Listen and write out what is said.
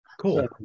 Cool